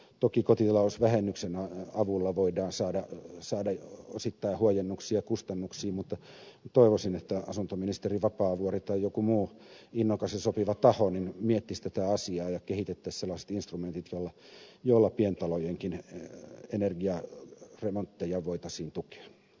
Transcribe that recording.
toki kotitalousvähennyksen avulla voidaan saada osittain huojennuksia kustannuksiin mutta toivoisin että asuntoministeri vapaavuori tai joku muu innokas ja sopiva taho miettisi tätä asiaa ja kehitettäisiin sellaiset instrumentit joilla pientalojenkin energiaremontteja voitaisiin tukea